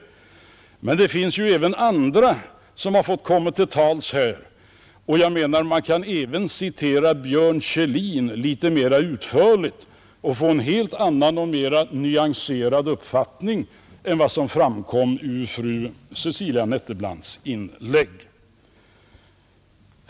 Det finns också andra som har fått komma till tals, men jag menar att man även kan citera Björn Kjellin litet mera utförligt och få en helt annan och mera nyanserad uppfattning än den som framkom ur fru Cecilia Nettelbrandts inlägg.